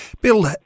Bill